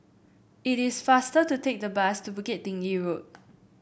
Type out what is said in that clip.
it is faster to take the bus to Bukit Tinggi Road